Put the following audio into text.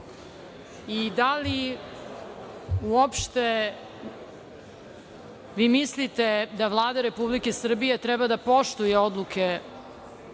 i da li uopšte vi mislite da Vlada Republike Srbije treba da poštuje odluke